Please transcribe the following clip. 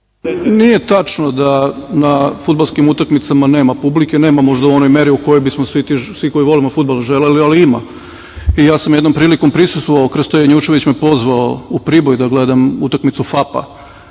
Nije tačno da na fudbalskim utakmicama nema publike. Nema možda u onoj meri u kojoj bismo svi koji volimo fudbal želeli, ali ima i ja sam jednom prilikom prisustvovao. Krsta Janjušević me je pozvao u Priboj da gledam utakmicu FAPA